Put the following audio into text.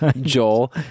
Joel